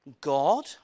god